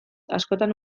askotan